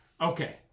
Okay